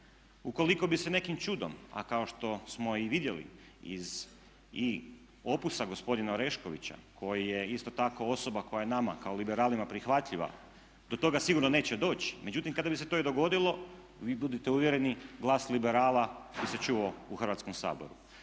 Ukoliko bi se nekim čudom, a kao što smo i vidjeli iz i opusa gospodina Oreškovića koji je isto tako osoba koja je nama kao liberalima prihvatljiva do toga sigurno neće doći. Međutim, kada bi se to i dogodilo vi budite uvjereni glas liberala bi se čuo u Hrvatskom saboru.